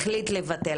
החליט לבטל.